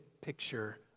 picture